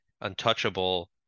untouchable